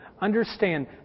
understand